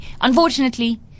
Unfortunately